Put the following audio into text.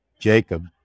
Jacob